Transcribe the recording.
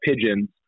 pigeons